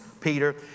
Peter